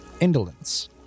Indolence